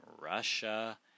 Russia